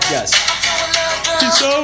Yes